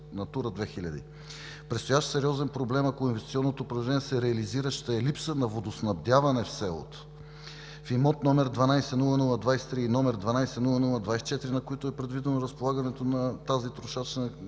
Натура 2000. Предстоящ сериозен проблем, ако инвестиционното предложение се реализира, ще е липса на водоснабдяване в селото. В имот № 120023 и № 120024, на които е предвидено разполагането на тази трошачна